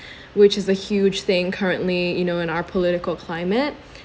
which is a huge thing currently you know in our political climate